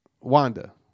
Wanda